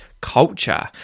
culture